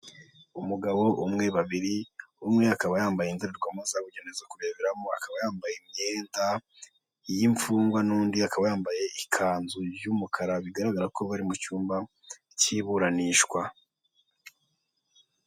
Umugabo umwe, babiri, umwe akaba yambaye indorerwamo zabugene zo kureberamo, akaba yambaye imyenda y'imfungwa n'undi akaba yambaye ikanzu y'umukara bigaragara ko bari mu cyumba cy'iburanishwa.